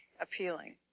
appealing